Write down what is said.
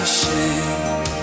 shame